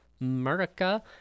America